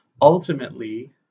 ultimately